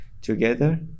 together